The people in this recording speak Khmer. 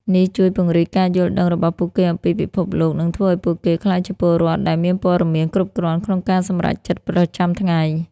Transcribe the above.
នេះជួយពង្រីកការយល់ដឹងរបស់ពួកគេអំពីពិភពលោក និងធ្វើឲ្យពួកគេក្លាយជាពលរដ្ឋដែលមានព័ត៌មានគ្រប់គ្រាន់ក្នុងការសម្រេចចិត្តប្រចាំថ្ងៃ។